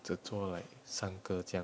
只做 like 三个这样